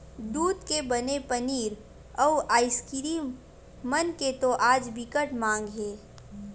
दूद के बने पनीर, अउ आइसकीरिम मन के तो आज बिकट माग हे